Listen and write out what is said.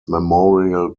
memorial